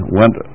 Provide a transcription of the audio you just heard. went